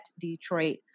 Detroit